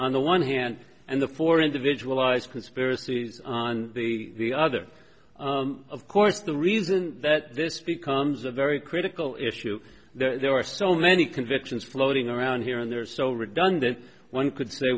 on the one hand and the four individual eyes conspiracy on the other of course the reason that this becomes a very critical issue there are so many convictions floating around here and there are so redundant one could say